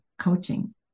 coaching